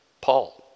Paul